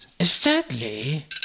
Sadly